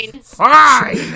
fine